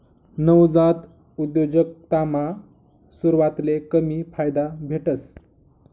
नवजात उद्योजकतामा सुरवातले कमी फायदा भेटस